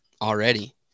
already